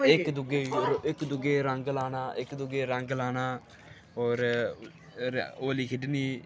इक दुए ई इक दुए ई रंग लाना इक दुए गी रंग लाना होर र होली खेढनी